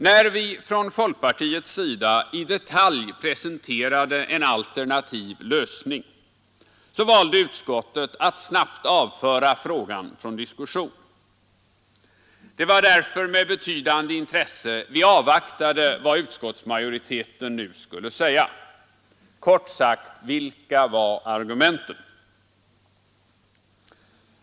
När vi från folkpartiets sida i detalj presenterade en alternativ lösning, valde utskottet att snabbt avföra frågan från diskussion. Det var därför med betydande intresse vi avvaktade vad utskottsmajoriteten nu skulle säga. Kort sagt: Vilka var argumenten?